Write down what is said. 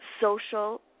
social